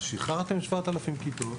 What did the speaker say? אז שחררתם 7,000 כיתות.